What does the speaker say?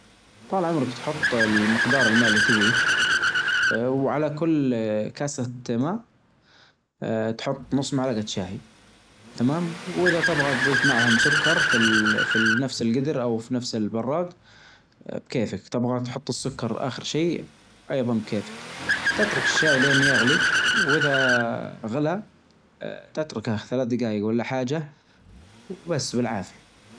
طال عمرك تحط المقدار الماي اللي تبيه وعلى كل كاسة ماء تحط نص معلجة شاهي تمام واذا تبغى تظيف معهم سكر في في نفس القدر او في نفس البراد بكيفك تبغى تحط السكر اخر شي ايظا بكيفك تترك الشاي لين يغلي واذا غلا تتركه خلال ثلاث دجايج ولا حاجة وبس بالعافية.